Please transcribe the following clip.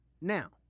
Now